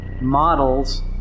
models